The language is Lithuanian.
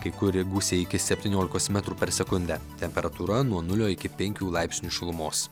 kai kur gūsiai iki septyniolikos metrų per sekundę temperatūra nuo nulio iki penkių laipsnių šilumos